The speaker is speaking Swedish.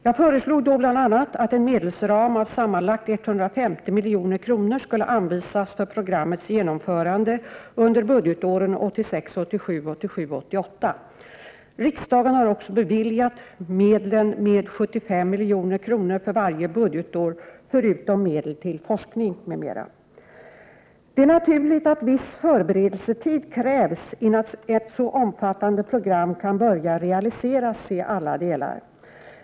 Jag föreslog då bl.a. att en medelsram av sammanlagt 150 milj.kr. skulle anvisas för programmets genomförande under budgetåren 1986 88. Riksdagen har också beviljat medlen med 75 milj.kr. för varje budgetår förutom medel till forskning m.m. Det är naturligt att viss förberedelsetid krävs innan ett så omfattande program kan börja realiseras i alla delar.